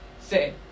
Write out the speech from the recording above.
say